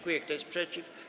Kto jest przeciw?